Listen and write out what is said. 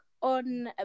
on